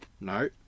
No